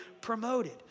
promoted